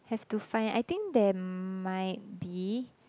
have to find I think there might be